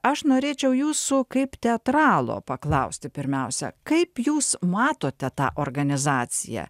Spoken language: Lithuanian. aš norėčiau jūsų kaip teatralo paklausti pirmiausia kaip jūs matote tą organizaciją